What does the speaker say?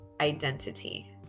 identity